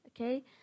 okay